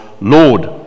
Lord